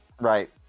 right